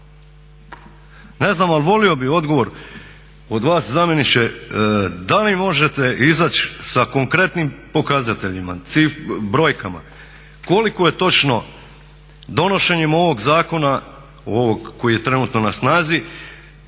Ne znam, ali volio bih odgovor od vas zamjeniče da li vi možete izaći sa konkretnim pokazateljima, brojkama koliko je točno donošenjem ovog zakona, ovog koji je trenutno na snazi